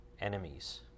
enemies